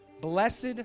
Blessed